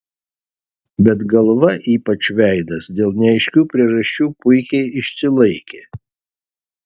bet galva ypač veidas dėl neaiškių priežasčių puikiai išsilaikė